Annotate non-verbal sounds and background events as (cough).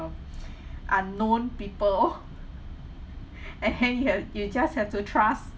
um (breath) unknown people (breath) and hang here you just have to trust